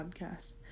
podcast